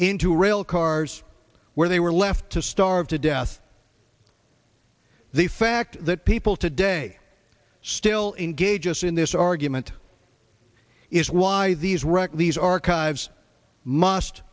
into rail cars where they were left to starve to death the fact that people today still engages in this argument is why these record these archives must